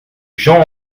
jean